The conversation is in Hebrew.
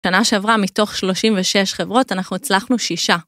שנה שעברה מתוך 36 חברות אנחנו הצלחנו שישה.